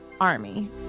army